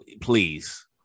please